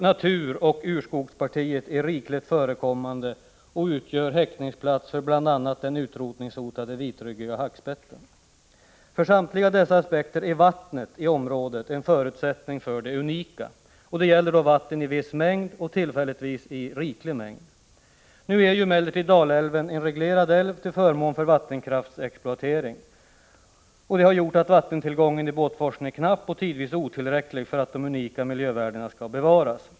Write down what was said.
— Naturoch urskogspartier är rikligt förekommande och utgör häckningsplatser för bl.a. den utrotningshotade vitryggiga hackspetten. För samtliga dessa aspekter är vattnet i området en förutsättning för det unika. Det gäller då vatten i viss mängd och tillfälligtvis i riklig mängd. Nu är emellertid Dalälven en reglerad älv — till förmån för vattenkraftsexploatering. Det har gjort att vattentillgången i Båtforsen är knapp och tidvis otillräcklig för att de unika miljövärdena skall kunna bevaras.